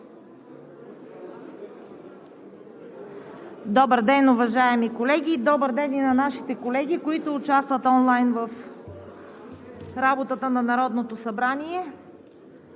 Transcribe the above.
Добър ден, уважаеми колеги! Добър ден и на нашите колеги, които участват онлайн в работата на Народното събрание.